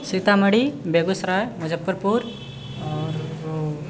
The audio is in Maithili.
सीतामढ़ी बेगूसराय मुजप्फरपुर आओर ओ